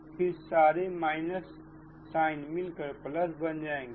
और फिर सारे माइनस मिलकर प्लस बन जाएंगे